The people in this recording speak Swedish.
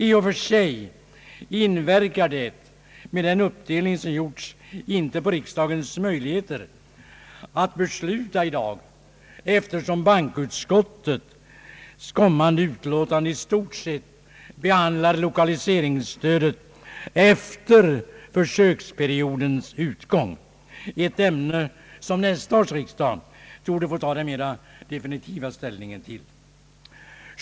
I och för sig inverkar inte detta, med den uppdelning som har gjorts, på riksdagens möjligheter att besluta i dag, eftersom bankoutskottets kommande utlåtande i stort sett behandlar lokaliseringsstödet efter försöksperiodens utgång, ett ämne som nästa års riksdag Ang. anslag till regional utveckling, m.m. torde få ta den mera definitiva ställningen till.